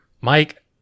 Mike